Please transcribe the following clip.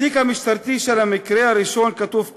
בתיק המשטרתי של המקרה הראשון כתוב כך: